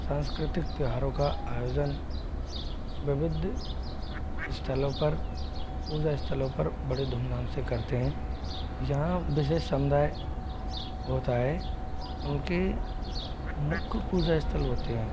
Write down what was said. सांस्कृतिक त्यौहारों का आयोजन विविध स्थलों पर पूजा स्थलों पर बड़े धूमधाम से करते हैं यहाँ विशेष समुदाय होता है उनके मुख्य पूजा स्थल होते हैं